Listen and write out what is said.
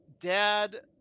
dad